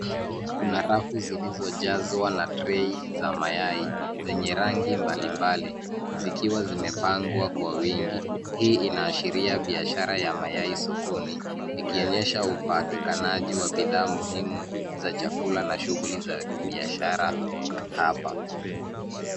Kuna rafu zilizojazwa na [cs) tray za mayai zenye rangi mbalimbali zikiwa zimepangwa kwa wingi. Hii inaashiria biashara ya mayai sokoni, ikionyesha upatikanaji wa bidhaa muhimu za chakula na shughuli za kibiashara hapa.